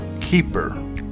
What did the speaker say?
keeper